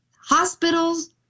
Hospitals